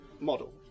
model